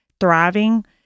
thriving